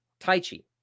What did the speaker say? Taichi